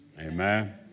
Amen